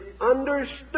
understood